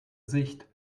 sicht